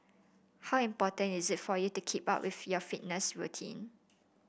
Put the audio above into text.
how important is it for you to keep up with your fitness routine